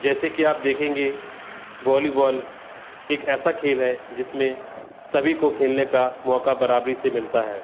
जैसे कि आप देखेंगे बॉलीबॉल एक ऐसा खेल है जिसमें सभी को खेलने का मौक़ा बराबरी से मिलता है